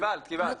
קיבלת.